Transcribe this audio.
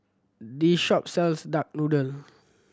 this shop sells duck noodle